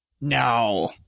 No